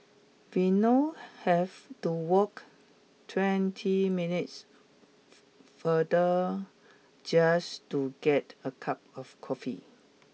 we now have to walk twenty minutes farther just to get a cup of coffee